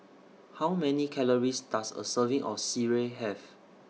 How Many Calories Does A Serving of Sireh Have